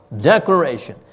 Declaration